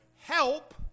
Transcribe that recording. help